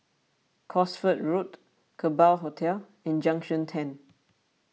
Cosford Road Kerbau Hotel and Junction ten